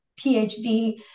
PhD